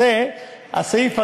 הסעיף הזה,